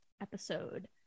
episode